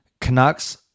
canucks